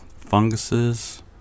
funguses